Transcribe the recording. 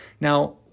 Now